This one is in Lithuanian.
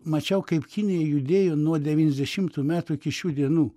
mačiau kaip kinija judėjo nuo devynesdešimtų metų iki šių dienų